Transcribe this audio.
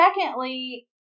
secondly